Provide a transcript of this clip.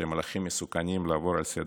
שהם מהלכים מסוכנים, ולעבור עליהם לסדר-היום.